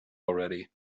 already